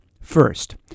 First